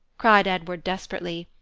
cried edward, desperately.